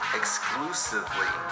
exclusively